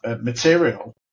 material